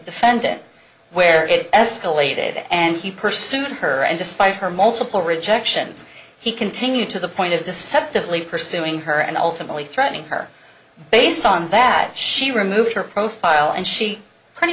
defendant where it escalated and he pursued her and despite her multiple rejections he continued to the point of deceptively pursuing her and ultimately threatening her based on that she removed her profile and she pretty